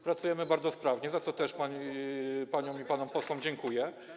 Pracujemy bardzo sprawnie, za to też paniom i panom posłom dziękuję.